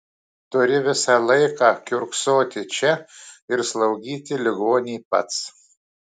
turi visą laiką kiurksoti čia ir slaugyti ligonį pats